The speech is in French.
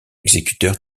exécuteur